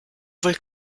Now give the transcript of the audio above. wohl